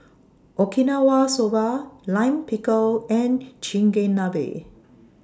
Okinawa Soba Lime Pickle and Chigenabe